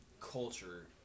culture